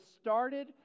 started